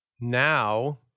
Now